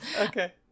Okay